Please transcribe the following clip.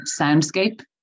soundscape